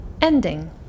ending